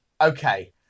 Okay